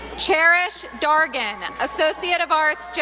cherish dargan, and associate of arts,